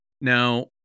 Now